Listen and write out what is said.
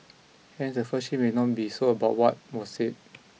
hence the first shift may not be so about what was said